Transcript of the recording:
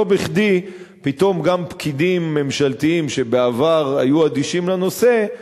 לא בכדי גם פקידים ממשלתיים שבעבר היו אדישים לנושא,